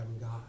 God